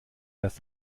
dass